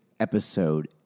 episode